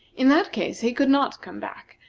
in that case he could not come back,